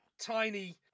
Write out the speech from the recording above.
tiny